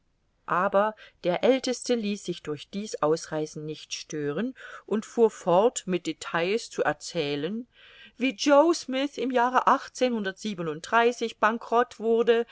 aber der aelteste ließ sich durch dies ausreißen nicht stören und fuhr fort mit details zu erzählen wie joe smyth im jahre bankrott wurde